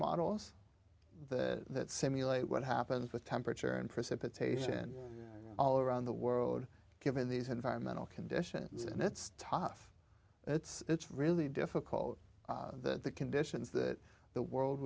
models that simulate what happens with temperature and precipitation all around the world given these environmental conditions and it's tough it's really difficult that the conditions that the world